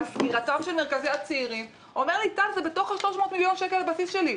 סגירתם של מרכזי הצעירים: זה בתוך ה-300 מיליון שקל לבסיס שלי,